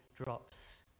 Drops